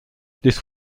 this